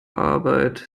arbeit